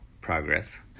progress